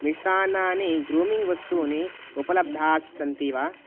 मिष्टान्नानि ग्रूमिङ्ग् वस्तूनि उपलब्धास्सन्ति वा